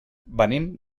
venim